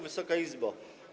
Wysoka Izbo!